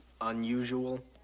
unusual